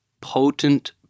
potent